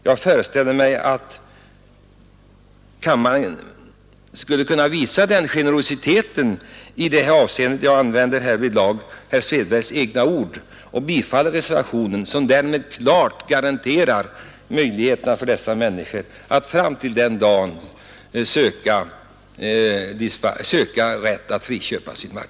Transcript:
Jag föreställer mig att kammaren skall kunna visa den generositeten i detta avseende — jag använder herr Svedbergs egna ord — och bifalla reservationen och därmed klart garantera möjligheterna för dessa människor att fram till den nämnda tidpunkten söka rätt att friköpa sin mark.